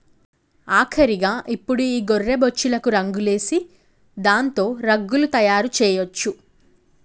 ఆఖరిగా ఇప్పుడు ఈ గొర్రె బొచ్చులకు రంగులేసి దాంతో రగ్గులు తయారు చేయొచ్చు